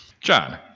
John